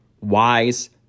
wise